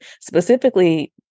specifically